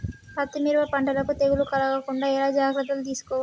పత్తి మిరప పంటలను తెగులు కలగకుండా ఎలా జాగ్రత్తలు తీసుకోవాలి?